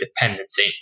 dependency